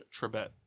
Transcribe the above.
Trebet